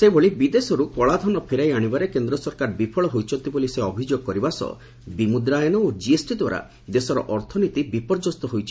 ସେହିଭଳି ବିଦେଶରୁ କଳାଦନ ଫେରାଇ ଆଶିବାରେ କେନ୍ଦ୍ର ସରକାର ବିଫଳ ହୋଇଛନ୍ତି ବୋଲି ସେ ଅଭିଯୋଗ କରିବା ସହ ବିମୁଦ୍ରାୟନ ଓ କିଏସ୍ଟି ଦ୍ୱାରା ଦେଶର ଅର୍ଥନୀତି ବିପର୍ଯ୍ୟସ୍ତ ହୋଇଛି